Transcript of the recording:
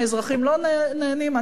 האזרחים לא נהנים,